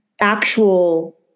actual